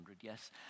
yes